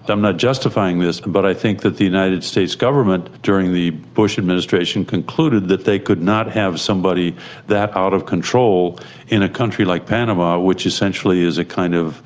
but i'm not justifying this, but i think that the united states government during the bush administration, concluded that they could not have somebody that out of control in a country like panama, which essentially is a kind of